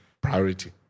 priority